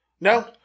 No